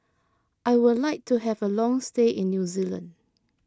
I would like to have a long stay in New Zealand